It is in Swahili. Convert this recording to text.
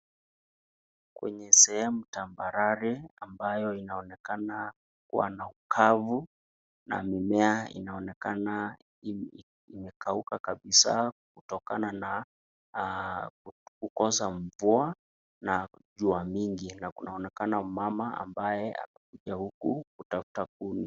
Kwenye sehemu tambarare ambayo inaonekana kuwa na ukavu na mimea inaonekana imekauka kabisa kutokana na kukosa mvua na jua mingi, na kunaonekana mumama anayekuja huku kutafuta kuni.